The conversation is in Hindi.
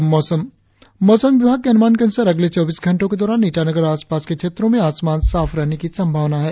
और अब मौसम मौसम विभाग के अनुमान के अनुसार अगले चौबीस घंटो के दौरान ईटानगर और आसपास के क्षेत्रो में आसमान साफ रहने की संभावना है